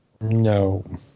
No